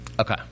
Okay